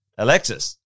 Alexis